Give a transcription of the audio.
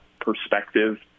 perspective